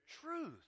truth